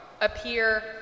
appear